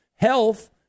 Health